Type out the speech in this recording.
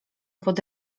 pod